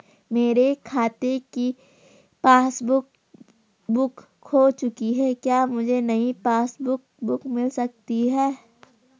मेरे खाते की पासबुक बुक खो चुकी है क्या मुझे नयी पासबुक बुक मिल सकती है?